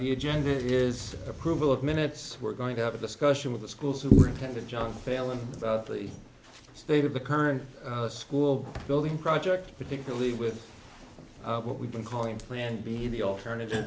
the agenda that is approval of minutes we're going to have a discussion with the school superintendent john failing the state of the current school building project particularly with what we've been calling plan b the alternative